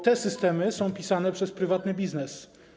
Te systemy są tworzone przez prywatny biznes.